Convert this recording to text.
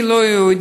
היא לא יהודייה,